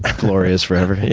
and glory is forever.